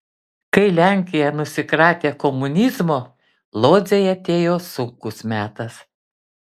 kai lenkija nusikratė komunizmo lodzei atėjo sunkus metas